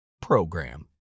PROGRAM